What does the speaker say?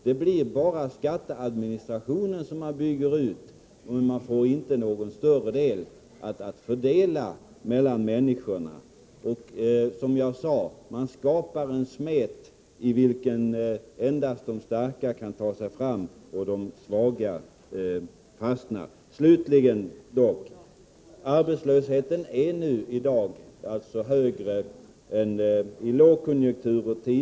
Det blir bara skatteadministrationen man bygger ut, men man får inte några större summor att fördela mellan människorna. Som jag sade: Man skapar en smet i vilken endast de starka kan ta sig fram och där de svaga fastnar. Arbetslösheten, slutligen, är i dag större än under den tidigare lågkonjunkturen.